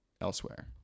elsewhere